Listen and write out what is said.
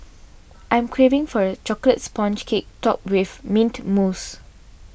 I am craving for a Chocolate Sponge Cake Topped with Mint Mousse